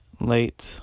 late